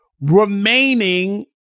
remaining